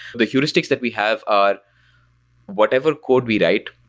the heuristics that we have are whatever code we write,